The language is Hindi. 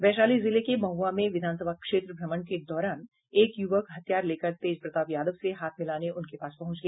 वैशाली जिले के महुआ में विधानसभा क्षेत्र भ्रमण के दौरान एक युवक हथियार लेकर तेज प्रताप यादव से हाथ मिलाने उनके पास पहुंच गया